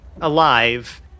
alive